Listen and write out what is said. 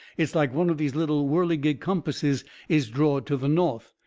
is like one of these little whirlygig compasses is drawed to the north.